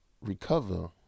recover